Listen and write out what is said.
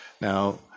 Now